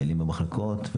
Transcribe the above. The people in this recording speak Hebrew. מטיילים במחלקות?